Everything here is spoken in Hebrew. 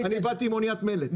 אני באתי עם אוניית מלט.